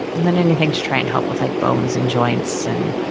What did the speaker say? then anything to try and help with like bones and joints. and